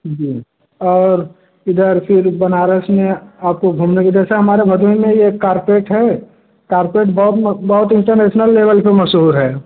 जी और इधर फिर बनारस में आपको घूमने के लिए जैसे हमारे भदोही में ही एक कारपेट है कारपेट बहुत बहुत इंटरनेशनल लेवल पर मशहूर हैं